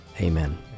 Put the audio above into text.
amen